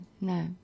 no